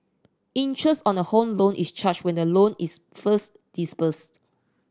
interest on a Home Loan is charged when the loan is first disbursed